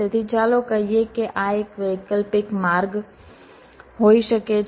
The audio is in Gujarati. તેથી ચાલો કહીએ કે આ એક વૈકલ્પિક માર્ગ હોઈ શકે છે